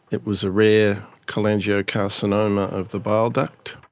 it was a rare cholangiocarcinoma of the bile duct.